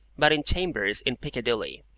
but in chambers in piccadilly,